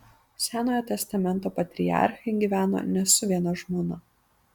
senojo testamento patriarchai gyveno ne su viena žmona